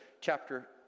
chapter